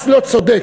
מס לא צודק,